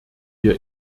wir